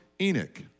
Enoch